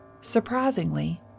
Surprisingly